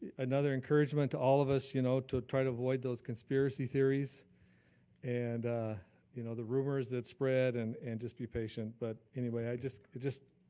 another encouragement to all of us you know to try to avoid those conspiracy theories and you know the rumors that spread and and just be patient. but anyway, i just, i just,